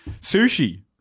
sushi